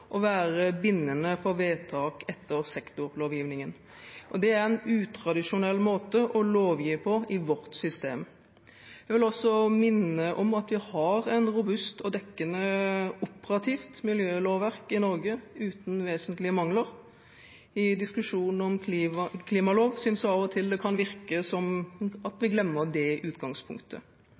være bindende for vedtak etter sektorlovgivningen. Det er en utradisjonell måte å lovgi på i vårt system. Jeg vil også minne om at vi har et robust og dekkende operativt miljølovverk i Norge, uten vesentlige mangler. I diskusjonen om klimalov synes jeg det av og til kan virke som at vi glemmer det utgangspunktet.